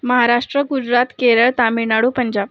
Maharashtra Gujarat Kerala Tamil Nadu Punjab